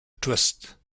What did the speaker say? twist